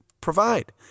provide